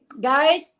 guys